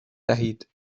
دهید